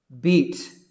beat